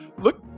look